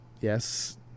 Yes